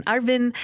Arvin